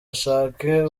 ashake